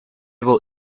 will